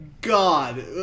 God